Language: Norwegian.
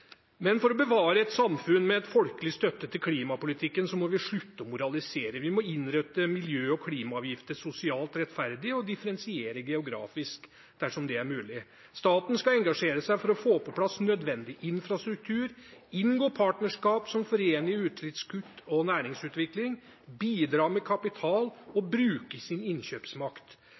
Men for å bevare et samfunn med en folkelig støtte til klimapolitikken må vi slutte å moralisere. Vi må innrette miljø- og klimaavgifter på en sosialt rettferdig måte og differensiere geografisk dersom det er mulig. Staten skal engasjere seg for å få på plass nødvendig infrastruktur, inngå partnerskap som forener utgiftskutt og næringsutvikling, bidra med kapital og bruke sin innkjøpsmakt.